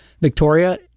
Victoria